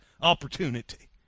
opportunity